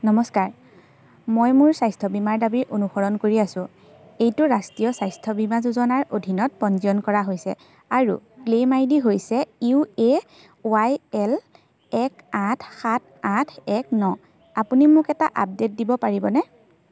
নমস্কাৰ মই মোৰ স্বাস্থ্য বীমাৰ দাবী অনুসৰণ কৰি আছোঁ এইটো ৰাষ্ট্ৰীয় স্বাস্থ্য বীমা যোজনাৰ অধীনত পঞ্জীয়ন কৰা হৈছে আৰু ক্লেইম আইডি হৈছে ইউ এ ৱাই এল এক আঠ সাত আঠ এক ন আপুনি মোক এটা আপডে'ট দিব পাৰিবনে